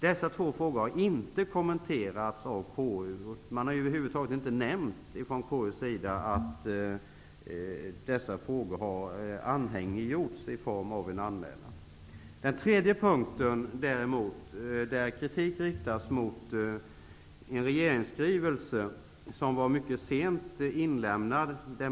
Dessa två frågor har inte kommenterats av KU. Från KU:s sida har man över huvud taget inte nämnt att dessa frågor har anhängiggjorts i form av en anmälan. I den tredje punkten riktade jag kritik mot en regeringsskrivelse som var mycket sent inlämnad.